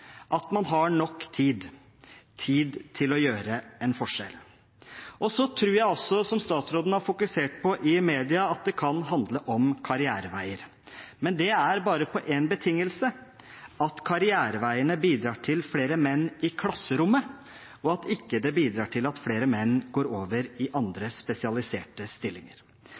at man har nok tid – tid til å gjøre en forskjell. Så tror jeg også, som statsråden har fokusert på i media, at det kan handle om karriereveier. Men det er bare på en betingelse: At karriereveiene bidrar til flere menn i klasserommet, og at det ikke bidrar til at flere menn går over i